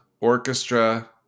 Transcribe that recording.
orchestra